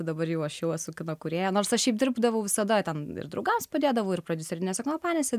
dabar jau aš jau esu kino kūrėja nors šiaip dirbdavau visada ten ir draugams padėdavau ir prodiuserinėse kompanijose